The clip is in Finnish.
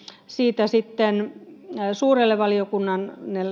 siitä suurelle valiokunnalle